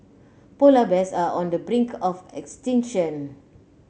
polar bears are on the brink of extinction